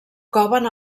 coven